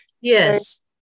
yes